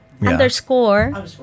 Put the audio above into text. underscore